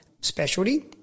specialty